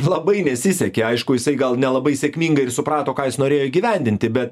labai nesisekė aišku jisai gal nelabai sėkmingai ir suprato ką jis norėjo įgyvendinti bet